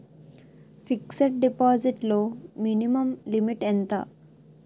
Fixed deposit లో minimum limit ఎంత?